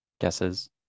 guesses